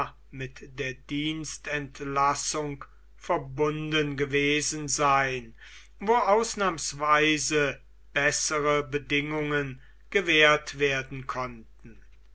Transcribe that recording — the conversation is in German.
mit der dienstentlassung verbunden gewesen sein wo ausnahmsweise bessere bedingungen gewährt werden konnten